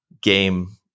game